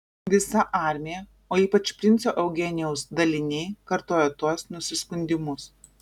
visa armija o ypač princo eugenijaus daliniai kartojo tuos nusiskundimus